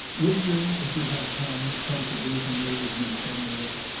will you, if you have time, come to dejeuner with me somewhere?